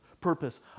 purpose